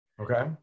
Okay